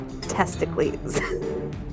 Testicles